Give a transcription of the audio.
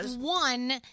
one